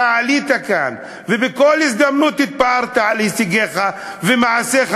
אתה עלית כאן ובכל הזדמנות התפארת בהישגיך ומעשיך,